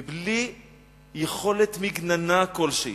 מבלי יכולת מגננה כלשהי,